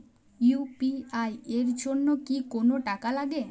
UPI এর জন্য কি কোনো টাকা লাগে?